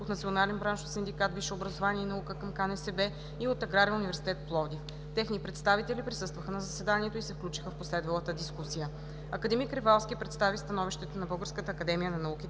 от Национален браншов синдикат „Висше образование и наука“ – КНСБ, и от Аграрен университет – Пловдив. Техни представители присъстваха на заседанието и се включиха в последвалата дискусия. Академик Ревалски представи становището на Българската академия на науките,